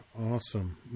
Awesome